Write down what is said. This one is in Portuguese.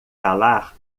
calar